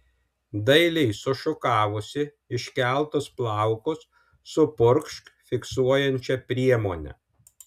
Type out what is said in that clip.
dailiai sušukavusi iškeltus plaukus supurkšk fiksuojančia priemone